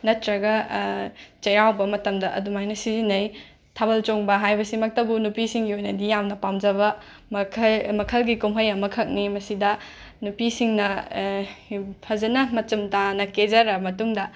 ꯅꯠꯇ꯭ꯔꯒ ꯆꯩꯔꯥꯎꯕ ꯃꯇꯝꯗ ꯑꯗꯨꯃꯥꯏꯅ ꯁꯤꯖꯤꯟꯅꯩ ꯊꯥꯕꯜ ꯆꯣꯡꯕ ꯍꯥꯏꯕꯁꯤꯃꯛꯇꯕꯨ ꯅꯨꯄꯤꯁꯤꯡꯒꯤ ꯑꯣꯏꯅꯗꯤ ꯌꯥꯝꯅ ꯄꯥꯝꯖꯕ ꯃꯈꯩ ꯃꯈꯜꯒꯤ ꯀꯨꯝꯍꯩ ꯑꯃꯈꯛꯅꯤ ꯃꯁꯤꯗ ꯅꯨꯄꯤꯁꯤꯡꯅ ꯐꯖꯅ ꯃꯆꯨꯝ ꯇꯥꯅ ꯀꯦꯖꯔꯕ ꯃꯇꯨꯡꯗ